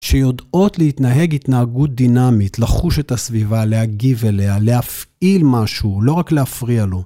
שיודעות להתנהג התנהגות דינמית, לחוש את הסביבה, להגיב אליה, להפעיל משהו, לא רק להפריע לו.